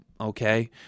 okay